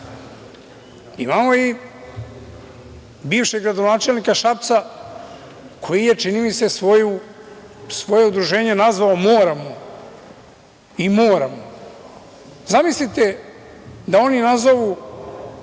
i bivšeg gradonačelnika Šapca koji je, čini mi se svoje udruženje nazvao „Moramo i moramo“. Zamislite, da oni nazovu,